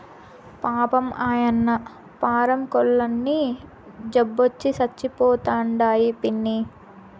పాపం, ఆయన్న పారం కోల్లన్నీ జబ్బొచ్చి సచ్చిపోతండాయి పిన్నీ